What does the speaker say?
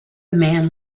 man